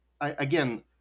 again